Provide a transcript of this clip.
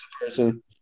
person